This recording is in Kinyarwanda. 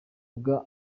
bwa